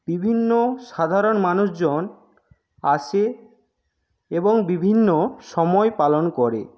বিভিন্ন সাধারণ মানুষজন আসে এবং বিভিন্ন সময় পালন করে